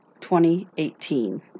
2018